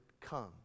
come